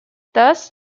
thus